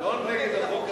לא נגד החוק הזה,